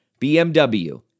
BMW